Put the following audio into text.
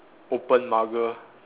open mugger